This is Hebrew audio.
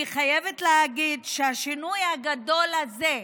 אני חייבת להגיד שהשינוי הגדול הזה,